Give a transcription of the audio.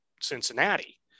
cincinnati